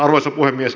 arvoisa puhemies